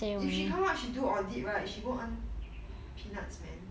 if she come up she do audit right she go earn peanuts man